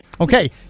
Okay